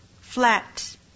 Flat